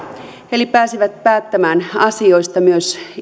eli pääsivät päättämään asioista myös